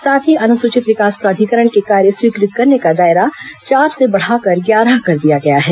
साथ ही अनुसूचित विकास प्राधिकरण के कार्य स्वीकृत करने का दायरा चार से बढ़ाकर ग्यारह कर दिया गया है